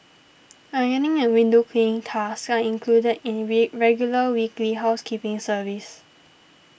ironing and window cleaning tasks are included in regular weekly housekeeping service